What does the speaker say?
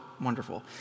wonderful